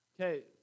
okay